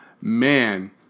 man